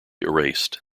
erased